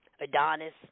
Adonis